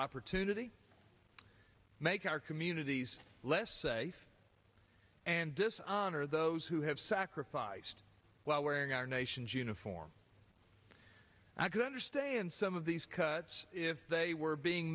opportunity make our communities less safe and dishonor those who have sacrificed while wearing our nation's uniform i could understand some of these cuts if they were being